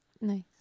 nice